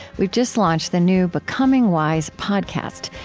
we've just launched the new becoming wise podcast,